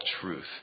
truth